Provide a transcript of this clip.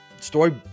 story